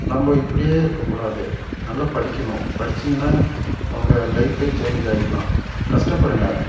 நம்ம இப்படியே இருக்கக்கூடாது நல்ல படிக்கணும் படிச்சிங்கன்னா உங்கள் லைஃப்பே சேஞ்ச் ஆகிக்கிலாம் கஷ்டப்படுங்க